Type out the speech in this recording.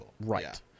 Right